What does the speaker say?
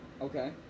Okay